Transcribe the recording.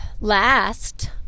Last